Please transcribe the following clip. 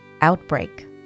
outbreak